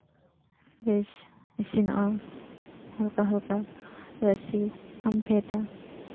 ᱵᱮᱥ ᱤᱥᱤᱱᱚᱜᱼᱟ ᱦᱟᱞᱠᱟ ᱦᱟᱞᱠᱟ ᱨᱟᱥᱮ ᱟᱨᱮᱢ ᱯᱷᱮᱰᱼᱟ